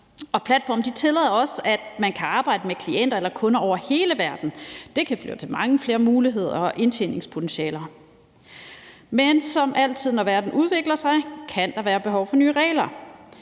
platformene tillader også, at man kan arbejde med klienter eller kunder over hele verden. Det kan føre til mange flere muligheder og indtjeningspotentialer. Men som altid, når verden udvikler sig, kan der være behov for nye regler.